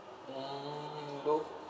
mm no